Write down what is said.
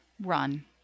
run